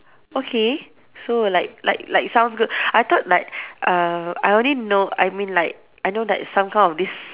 okay so like like like sounds good I thought like uh I only know I mean like I know there is some kind of these